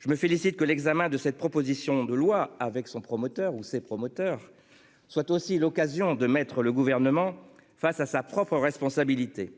Je me félicite que l'examen de cette proposition de loi avec son promoteur ou ses promoteurs. Soit aussi l'occasion de mettre le gouvernement face à sa propre responsabilité.--